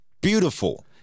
beautiful